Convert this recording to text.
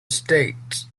states